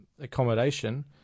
accommodation